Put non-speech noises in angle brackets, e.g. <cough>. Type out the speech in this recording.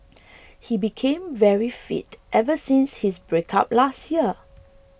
<noise> he became very fit ever since his breakup last year